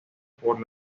por